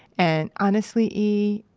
and honestly, e,